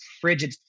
frigid